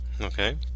Okay